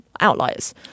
outliers